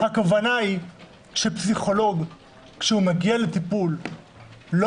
הכוונה היא שפסיכולוג כשאדם מגיע לטיפול לא